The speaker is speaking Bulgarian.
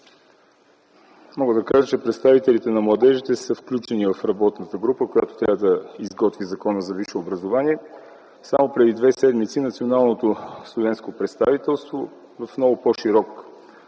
Мога да кажа, че представителите на младежите са включени в работната група, която трябва да изготви Законопроекта за висшето образование. Само преди две седмици обсъдихме това заедно с националното студентско представителство в много по-широк